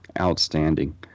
Outstanding